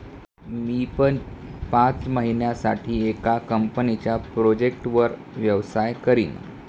मी पण पाच महिन्यासाठी एका कंपनीच्या प्रोजेक्टवर व्यवसाय करीन